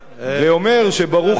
ואומר שברוך השם,